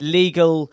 legal